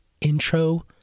intro